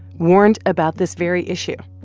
warned about this very issue.